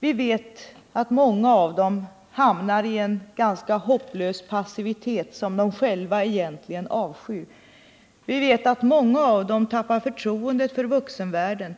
Vi vet att många av dem hamnar i en ganska hopplös passivitet, som de själva egentligen avskyr. Vi vet att många av dem tappar förtroendet för vuxenvärlden,